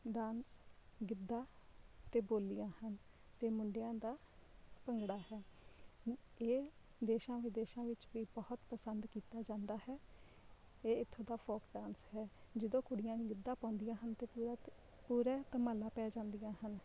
dance Giddha ਅਤੇ ਬੋਲੀਆਂ ਹਨ ਅਤੇ ਮੁੰਡਿਆਂ ਦਾ ਭੰਗੜਾ ਹੈ ਇਹ ਦੇਸ਼ਾਂ ਵਿਦੇਸ਼ਾਂ ਵਿੱਚ ਵੀ ਬਹੁਤ ਪਸੰਦ ਕੀਤਾ ਜਾਂਦਾ ਹੈ ਇਹ ਇੱਥੋਂ ਦਾ ਫੋਕ ਡਾਂਸ ਹੈ ਜਦੋਂ ਕੁੜੀਆਂ ਗਿੱਧਾ ਪਾਉਂਦੀਆਂ ਹਨ ਤਾਂ ਪੂਰਾ ਪੂਰਾ ਧਮਾਲਾ ਪੈ ਜਾਂਦੀਆਂ ਹਨ